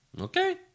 Okay